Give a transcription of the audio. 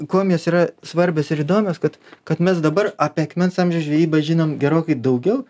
kuom jos yra svarbios ir įdomios kad kad mes dabar apie akmens amžiaus žvejybą žinom gerokai daugiau